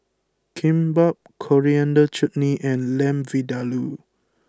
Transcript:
Kimbap Coriander Chutney and Lamb Vindaloo